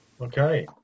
okay